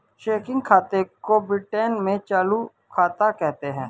checking खाते को Britain में चालू खाता कहते हैं